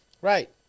Right